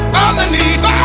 underneath